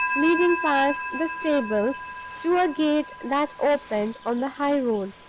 leading past the stables to a gate that opened on the high-road.